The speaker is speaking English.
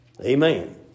Amen